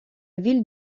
ville